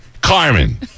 Carmen